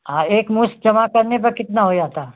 आ एकमुश्त जमा करने पर कितना हो जाता